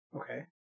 Okay